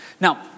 Now